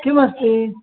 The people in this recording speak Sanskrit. किमस्ति